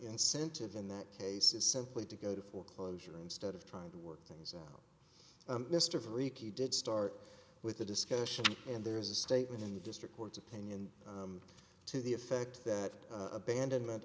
incentive in that case is simply to go to foreclosure instead of trying to work things out mr freaky did start with a discussion and there is a statement in the district court's opinion to the effect that abandonment